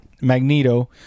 Magneto